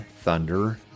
Thunder